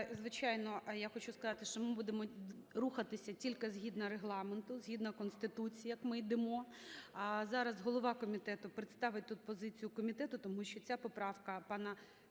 звичайно, я хочу сказати, що ми будемо рухатися тільки згідно Регламенту, згідно Конституції, як ми йдемо. Зараз голова комітету представить тут позицію комітету, тому що ця поправка пана